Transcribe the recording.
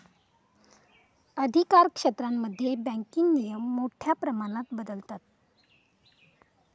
अधिकारक्षेत्रांमध्ये बँकिंग नियम मोठ्या प्रमाणात बदलतत